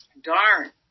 darn